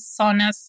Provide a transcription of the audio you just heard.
Zonas